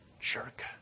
jerk